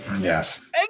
yes